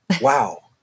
wow